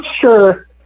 sure